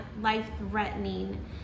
life-threatening